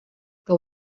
que